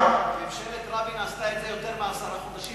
ממשלת רבין עשתה את זה יותר מעשרה חודשים.